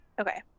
Okay